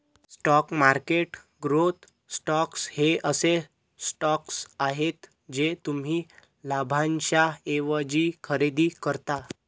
stock market growth stocks हे असे stocks आहेत जे तुम्ही लाभांशाऐवजी खरेदी करता